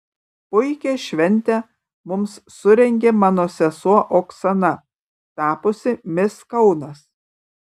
puikią šventę mums surengė mano sesuo oksana tapusi mis kaunas